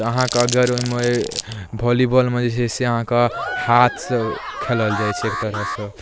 तऽ अहाँके अगर ओइमे वॉलीबॉलमे जे छै से अहाँके हाथसँ खेलल जाइ छै एक तरहसँ